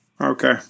okay